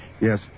Yes